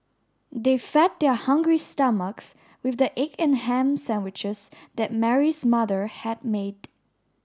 they fed their hungry stomachs with the egg and ham sandwiches that Mary's mother had made